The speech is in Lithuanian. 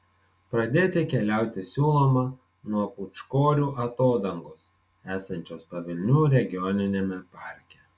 pradėti keliauti siūloma nuo pūčkorių atodangos esančios pavilnių regioniniame parke